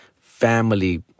family